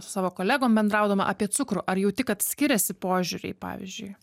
su savo kolegom bendraudama apie cukrų ar jauti kad skiriasi požiūriai pavyzdžiui